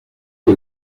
que